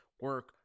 Work